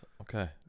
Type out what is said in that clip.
okay